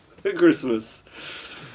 Christmas